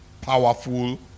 powerful